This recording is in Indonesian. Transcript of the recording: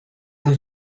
itu